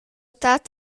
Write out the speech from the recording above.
tat